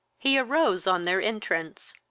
he arose on their entrance.